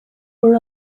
were